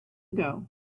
ago